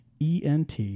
ENT